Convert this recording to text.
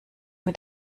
mit